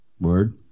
Word